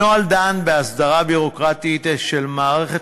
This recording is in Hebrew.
הנוהל דן בהסדרה ביורוקרטית של מערכת